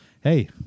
hey